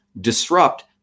disrupt